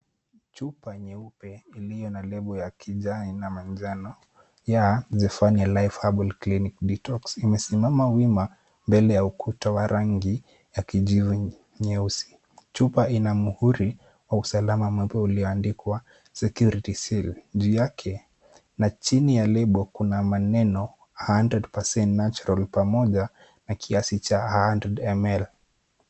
Chupa nyeupe iliyo na lebo ya kijani na manjano ya Zefani Life Herbal Clinic detox imesimama wima mbele ya ukuta wa rangi ya kijivu nyeusi. Chupa ina mhuri wa usalama ambapo ulioandikwa security seal juu yake na chini ya lebo kuna maneno a hundred percent natural pamoja na kiasi cha a 100 ml .